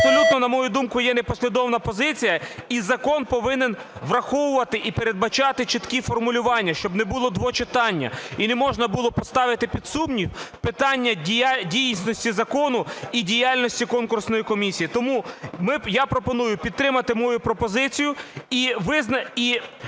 абсолютно, на мою думку, є непослідовна позиція, і закон повинен враховувати і передбачати чіткі формулювання, щоб не було двочитання і не можна було поставити під сумнів питання дійсності закону і діяльності конкурсної комісії. Тому я пропоную підтримати мою пропозицію і визначити,